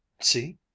see